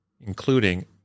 including